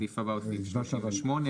הסעיף הבא הוא סעיף 38,